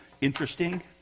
interesting